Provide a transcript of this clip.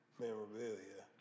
memorabilia